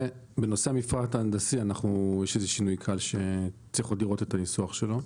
בנושא המפרט ההנדסי יש איזה שינוי קל שצריך עוד לראות את הניסוח שלו,